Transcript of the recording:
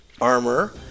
armor